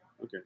okay